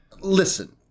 listen